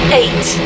eight